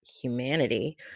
humanity